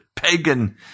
pagan